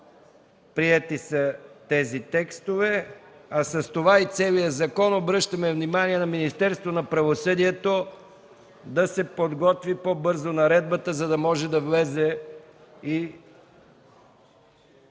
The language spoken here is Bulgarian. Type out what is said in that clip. Приети са тези текстове, а с това и целият закон. Обръщаме внимание на Министерство на правосъдието да се подготви по-бързо наредбата, за да може да влезе и